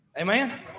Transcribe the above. Amen